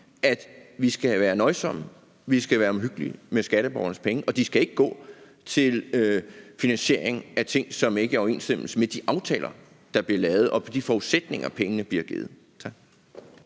at vi skal være nøjsomme, at vi skal være omhyggelige med skatteborgernes penge, og at de ikke skal gå til finansiering af ting, som ikke er i overensstemmelse med de aftaler, der bliver lavet, og med de forudsætninger, hvorunder pengene blev givet.